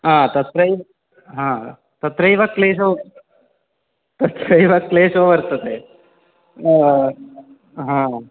आ तत्रैव हा तत्रैव क्लेशो तत्रैव क्लेशो वर्तते हा